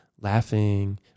laughing